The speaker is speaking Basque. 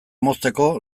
mozteko